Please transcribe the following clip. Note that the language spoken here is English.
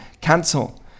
Cancel